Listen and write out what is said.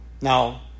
Now